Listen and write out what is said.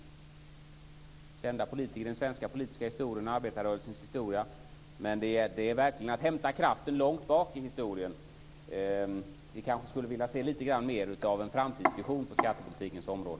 Det är kända politiker i den svenska politiska historien och arbetarrörelsens historia, men det är verkligen att hämta kraften långt bak i historien. Vi kanske också skulle vilja se lite mer av en framtidsvision på skattepolitikens område.